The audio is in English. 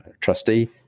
trustee